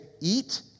eat